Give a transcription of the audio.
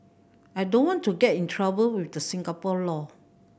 I don't want to get in trouble with the Singapore law